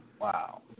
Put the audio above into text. Wow